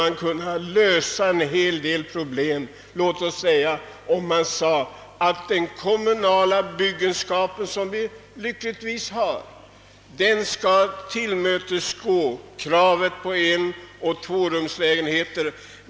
Det skulle lösa en del problem för närvarande, om man gjorde ett uttalande om att den kommunala byggenskapen — som vi lyckligtvis har — skall tillmötesgå kraven på enoch tvårumslägenheter.